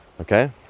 okay